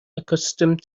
accustomed